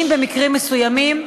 32),